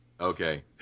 Okay